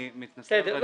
אני מתנצל ואני חוזר בי.